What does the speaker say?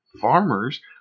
Farmers